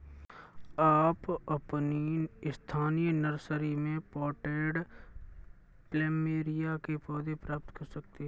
आप अपनी स्थानीय नर्सरी में पॉटेड प्लमेरिया के पौधे प्राप्त कर सकते है